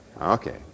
Okay